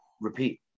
repeat